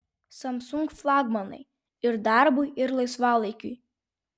samsung flagmanai ir darbui ir laisvalaikiui